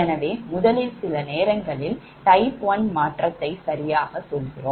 எனவே முதலில் சில நேரங்களில் டைப் ஒன் மாற்றத்தை சரியாகச் சொல்கிறோம்